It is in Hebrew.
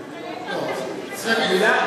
רוצים להבין,